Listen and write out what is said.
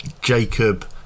Jacob